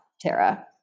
tara